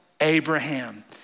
Abraham